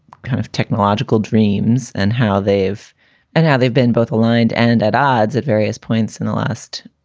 kind of technological dreams and how they've and how they've been both aligned and at odds at various points in the last,